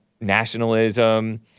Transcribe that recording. nationalism